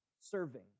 serving